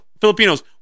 Filipinos